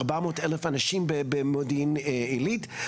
ארבע מאות אלף אנשים במודיעין עילית,